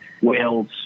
wales